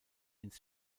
ins